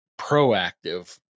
proactive